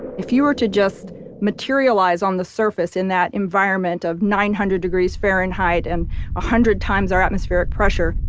if you were to just materialize on the surface in that environment of nine hundred degrees fahrenheit and a hundred times our atmospheric pressure,